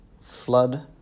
Flood